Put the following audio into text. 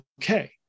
okay